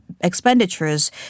expenditures